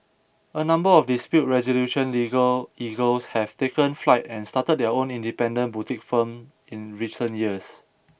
a number of dispute resolution legal eagles have taken flight and started their own independent boutique firms in recent years